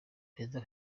perezida